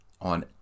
on